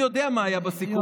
אני יודע מה היה בסיכומים,